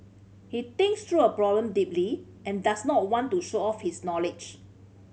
he thinks through a problem deeply and does not want to show off his knowledge